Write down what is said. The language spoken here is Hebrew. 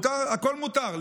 הכול מותר,